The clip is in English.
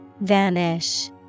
Vanish